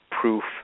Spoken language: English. proof